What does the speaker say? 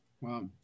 Wow